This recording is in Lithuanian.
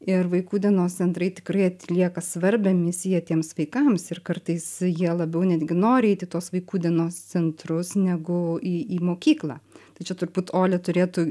ir vaikų dienos centrai tikrai atlieka svarbią misiją tiems vaikams ir kartais jie labiau netgi nori eit į tuos vaikų dienos centrus negu į į mokyklą tai čia turbūt olia turėtų